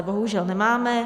Bohužel nemáme.